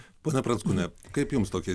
ponia pranckūniene kaip jums tokie